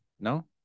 No